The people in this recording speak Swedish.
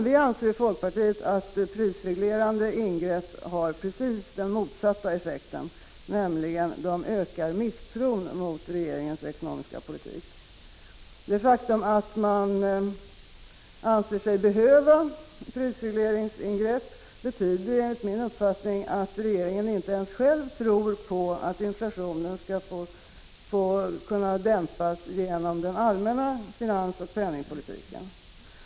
Vi anser i folkpartiet att prisreglerande ingrepp har precis den motsatta effekten, nämligen att öka misstron mot regeringens ekonomiska politik. Det faktum att regeringen anser sig behöva prisregleringsingrepp betyder enligt min uppfattning att man inte ens själv tror på att inflationen skall kunna dämpas genom den allmänna finansoch penningpolitiken.